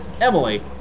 Emily